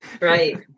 right